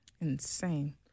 Insane